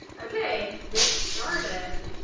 okay, get started.